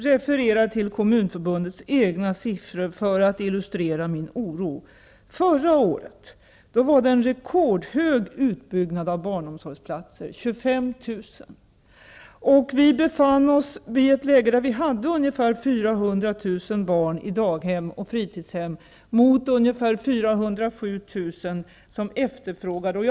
Herr talman! För att illustrera min egen oro vill jag först referera till Kommunförbundets egna siffror. Vi befann oss i ett läge där vi hade ungefär 400 000 som efterfrågade plats.